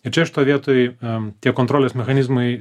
ir čia šitoj vietoj a tie kontrolės mechanizmai